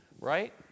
right